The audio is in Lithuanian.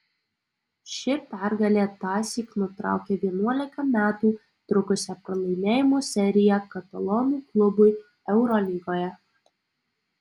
ši pergalė tąsyk nutraukė vienuolika metų trukusią pralaimėjimų seriją katalonų klubui eurolygoje